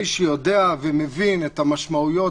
מי שיודע ומבין את המשמעויות,